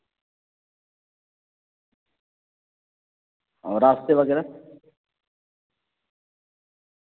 اور راستے وغیرہ